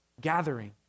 gathering